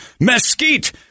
Mesquite